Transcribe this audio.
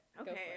okay